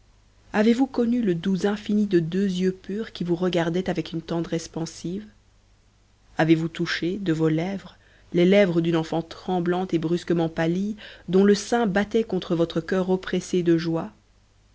avez-vous connu le doux infini de deux yeux purs qui vous regardaient avec une tendresse pensive avez-vous touché de vos lèvres les lèvres d'une enfant tremblante et brusquement pâlie dont le sein battait contre votre cœur oppressé de joie